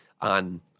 on